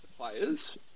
players